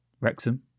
Wrexham